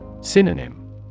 Synonym